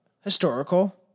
historical